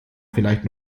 vielleicht